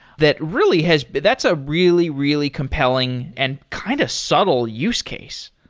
that really has that's a really, really compelling and kind of subtle use case.